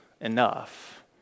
enough